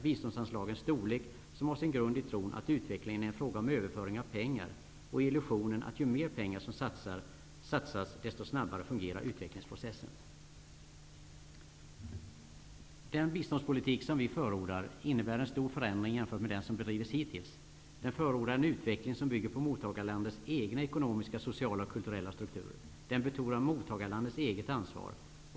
Biståndsanslagens storlek, som har sin grund i tron att utvecklingen är en fråga om överföring av pengar och illusionen att utvecklingsprocessen fungerar snabbare ju mer pengar som satsas. Den biståndspolitik som vi förordar innebär en stor förändring jämfört med den som bedrivits hittills. Den förordar en utveckling som bygger på mottagarlandets egna ekonomiska, sociala och kulturella strukturer. Den betonar mottagarlandets eget ansvar.